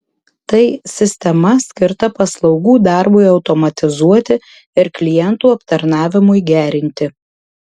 tai sistema skirta paslaugų darbui automatizuoti ir klientų aptarnavimui gerinti